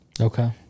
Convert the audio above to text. Okay